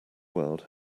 world